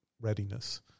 Readiness